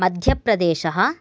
मध्यप्रदेशः